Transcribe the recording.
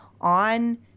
on